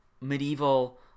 medieval